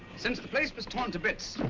since the place was torn to bits,